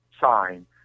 sign